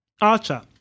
Archer